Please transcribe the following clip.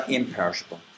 imperishable